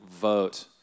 vote